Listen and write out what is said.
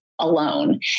alone